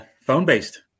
phone-based